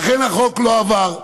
ואכן, החוק לא עבר.